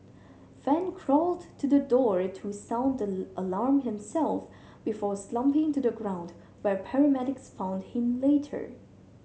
fan crawled to the door to sound the alarm himself before slumping to the ground where paramedics found him later